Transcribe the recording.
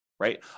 right